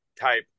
type